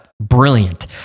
brilliant